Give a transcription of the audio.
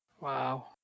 Wow